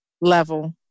level